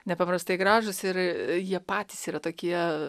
nepaprastai gražūs ir jie patys yra tokie